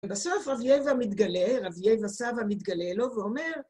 בסוף רבי אייבו מתגלה, רבי אייבו סבא מתגלה לו ואומר,